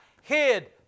hid